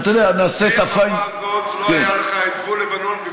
בלי המפה הזאת לא היה לך את גבול לבנון וגבול מצרים.